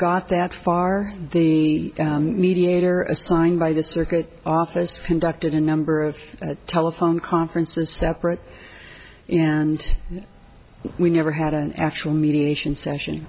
got that far the mediator assigned by the circuit office conducted a number of telephone conferences separate and we never had an actual mediation session